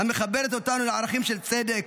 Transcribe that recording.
המחברת אותנו לערכים של צדק,